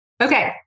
Okay